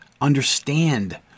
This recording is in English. understand